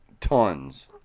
Tons